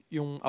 Yung